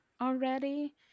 already